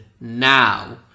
now